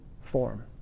form